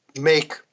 make